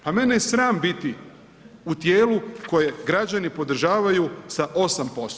Pa mene je sram biti u tijelu koje građani podržavaju sa 8%